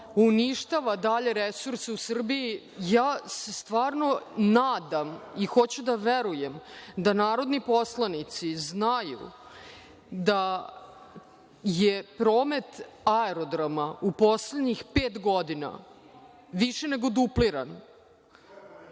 uništava dalje resurse u Srbiji. Stvarno se nadam i hoću da verujem da narodni poslanici znaju da je promet aerodroma u poslednjih pet godina više nego dupliran.(Zoran